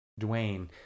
Dwayne